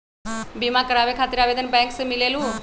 बिमा कराबे खातीर आवेदन बैंक से मिलेलु?